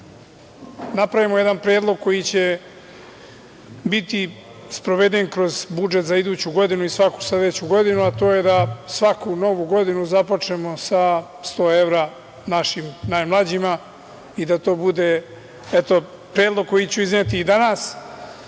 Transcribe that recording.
da napravimo jedan predlog koji će biti sproveden kroz budžet za iduću godinu i svaku sledeću godinu, a to je da svaku novu godinu započnemo sa 100 evra našim najmlađima i to će biti predlog koji ću izneti i danas